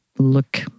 Look